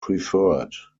preferred